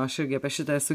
aš irgi apie šitą esu